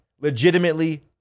legitimately